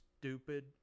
stupid